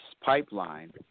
pipeline